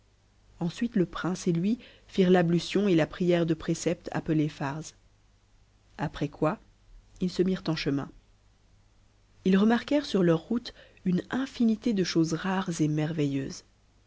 ensuite le prince et lui firent fab uiion et la prière de précepte appelée farz après quoi ils se mirent en chemin ils remarquèrent sur leur route une infinité de choses rares et